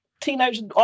Teenagers